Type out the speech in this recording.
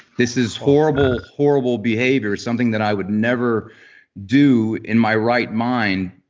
this is horrible, horrible behavior, something that i would never do in my right mind.